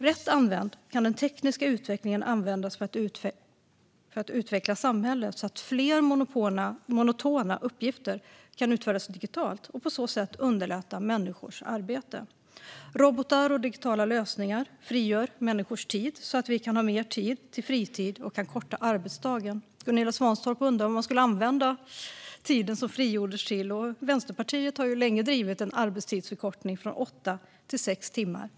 Rätt använd kan tekniken användas för att utveckla samhället så att fler monotona uppgifter kan utföras digitalt och på så sätt underlätta människors arbete. Robotar och digitala lösningar frigör människors tid så att vi får mer fritid och kan korta arbetsdagen. Gunilla Svantorp undrade vad man skulle använda tiden som frigjordes till, men Vänsterpartiet har ju länge drivit en arbetstidsförkortning från åtta timmar till sex timmar.